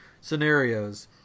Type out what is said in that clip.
scenarios